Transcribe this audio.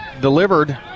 delivered